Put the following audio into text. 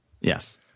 Yes